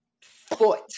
foot